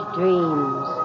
dreams